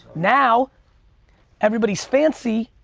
now everybody's fancy,